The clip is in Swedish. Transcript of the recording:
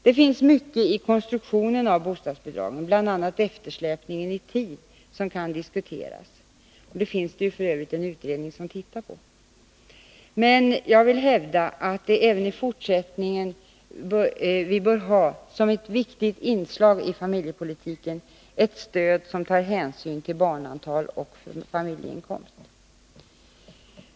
Det finns mycket i konstruktionen av bostadsbidragen, bl.a. eftersläpningen i tid, som kan diskuteras — och detta är det f. ö. en utredning som tittar på — men jag vill hävda att vi även i fortsättningen som ett viktigt inslag i familjepolitiken bör ha ett stöd som tar hänsyn till barnantal och familjeinkomst.